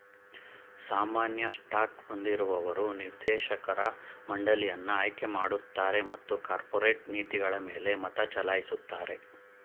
ಸಾಮಾನ್ಯ ಸ್ಟಾಕ್ ಹೊಂದಿರುವವರು ನಿರ್ದೇಶಕರ ಮಂಡಳಿಯನ್ನ ಆಯ್ಕೆಮಾಡುತ್ತಾರೆ ಮತ್ತು ಕಾರ್ಪೊರೇಟ್ ನೀತಿಗಳಮೇಲೆ ಮತಚಲಾಯಿಸುತ್ತಾರೆ